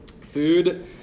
Food